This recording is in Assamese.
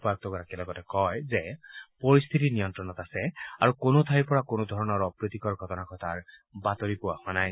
উপায়ুক্তগাৰকীয়ে লগতে কয় যে পৰিস্থিতি নিয়ন্ত্ৰণত আছে আৰু কোনো ঠাইৰ পৰা কোনো ধৰণৰ অপ্ৰীতিকৰ ঘটনা সংঘটিত হোৱাৰ বাতৰি পোৱা হোৱা নাই